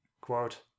quote